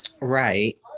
Right